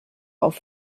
auf